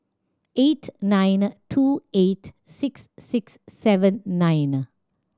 eight nine two eight six six seven nine